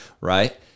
right